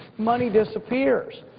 money disappears.